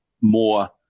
more